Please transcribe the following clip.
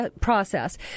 process